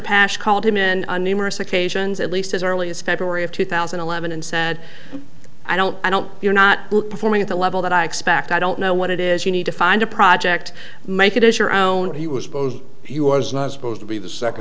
pash called him in on numerous occasions at least as early as february of two thousand and eleven and said i don't i don't you're not performing at the level that i expect i don't know what it is you need to find a project make it as your own he was you are not supposed to be the second